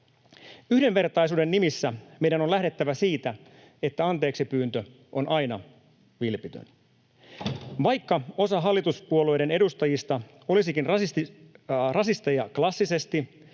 Yhdenvertaisuuden nimissä meidän on lähdettävä siitä, että anteeksipyyntö on aina vilpitön. Vaikka osa hallituspuolueiden edustajista olisikin rasisteja klassisesti,